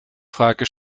frage